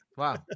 Wow